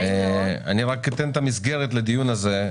אתן רק את המסגרת לדיון הזה.